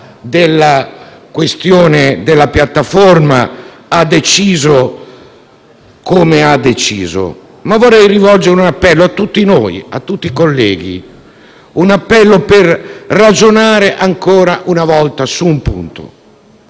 della questione della piattaforma, ha deciso come ha deciso. Vorrei però rivolgere un appello a tutti i colleghi, per ragionare ancora una volta su un punto.